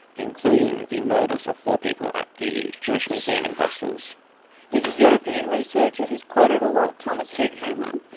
including the murders of four people at the jewish museum in brussels. there is a european researcher who is quoted a lot, thomas hegghammer,